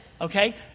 Okay